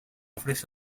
ofrece